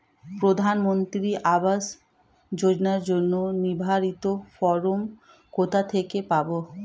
প্রধানমন্ত্রী আবাস যোজনার জন্য নির্ধারিত ফরম কোথা থেকে পাব?